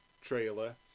trailer